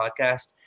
podcast